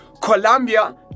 Colombia